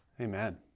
Amen